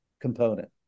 component